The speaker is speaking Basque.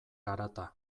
harata